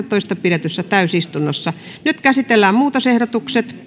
kahdettatoista kaksituhattakahdeksantoista pidetyssä täysistunnossa nyt käsitellään muutosehdotukset